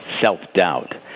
self-doubt